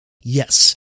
Yes